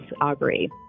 Aubrey